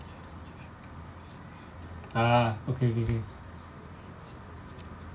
ah okay K K